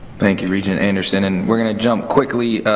thank you, regent anderson. and we're gonna jump quickly,